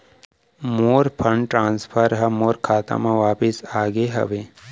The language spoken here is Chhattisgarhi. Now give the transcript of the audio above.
मोर फंड ट्रांसफर हा मोर खाता मा वापिस आ गे हवे